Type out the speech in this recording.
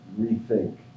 rethink